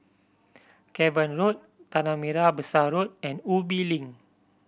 Cavan Road Tanah Merah Besar Road and Ubi Link